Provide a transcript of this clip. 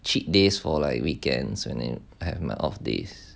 cheat days for like weekends when in I have my off days